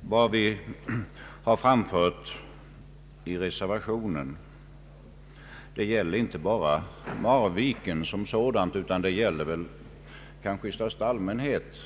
Vad vi sagt i reservationen gäller inte bara Marviken som sådant utan det gäller i största allmänhet